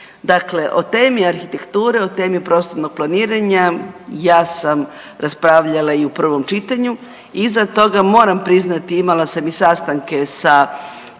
Dakle o temi arhitekture, o temi prostornog planiranja ja sam raspravljala i u prvom čitanju. Iza toga, moram priznati, imala sam i sastanke sa